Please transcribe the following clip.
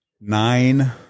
nine